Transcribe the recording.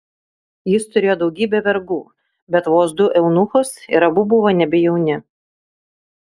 jis turėjo daugybę vergų bet vos du eunuchus ir abu buvo nebe jauni